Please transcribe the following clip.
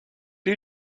you